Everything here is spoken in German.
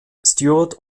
stewart